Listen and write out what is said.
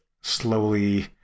slowly